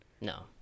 No